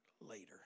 later